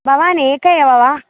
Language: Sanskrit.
भवान् एकः एव वा